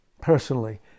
personally